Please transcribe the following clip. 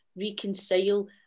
reconcile